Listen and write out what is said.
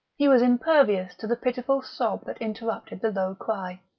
he was impervious to the pitiful sob that interrupted the low cry.